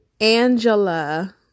Angela